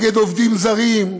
עובדים זרים,